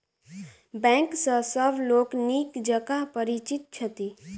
bank सॅ सभ लोक नीक जकाँ परिचित छथि